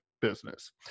business